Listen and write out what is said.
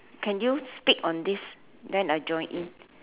can you speak on this then I join in